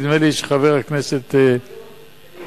נדמה לי שחבר הכנסת, עם האחיות.